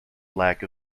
lack